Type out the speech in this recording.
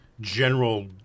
General